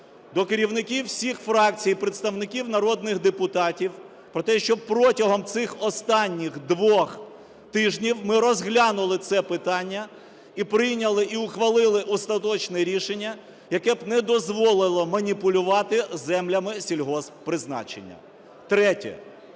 до керівників усіх фракцій і представників народних депутатів про те, що протягом цих останніх двох тижнів ми розглянули це питання і прийняли і ухвалили остаточне рішення, яке б не дозволило маніпулювати землями сільгосппризначення. Третє.